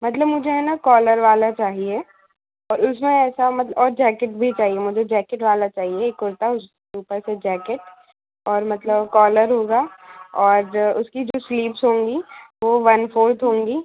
मतलब मुझे है ना कॉलर वाला चाहिए और उसमें ऐसा मतल और जैकेट भी चाहिए मुझे जैकेट वाला चाहिए कुर्ता उसके ऊपर से जैकेट और मतलब कॉलर होगा और उसकी जो स्लीव्ज़ होंगी वो वन फ़ोर्थ होंगी